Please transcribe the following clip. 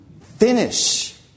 Finish